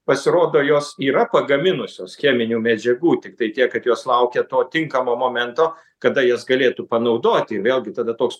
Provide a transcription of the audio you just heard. pasirodo jos yra pagaminusios cheminių medžiagų tiktai tiek kad jos laukia to tinkamo momento kada jas galėtų panaudoti vėlgi tada toks